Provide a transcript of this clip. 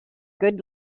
good